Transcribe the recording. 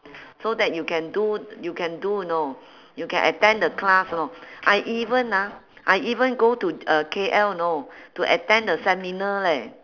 so that you can do you can do you know you can attend the class you know I even ah I even go to uh K_L know to attend the seminar leh